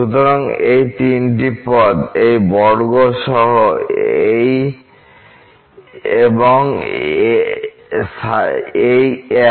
সুতরাং এই তিনটি পদ এর বর্গ সহ এই এই এবং এই এক